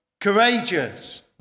courageous